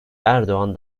erdoğan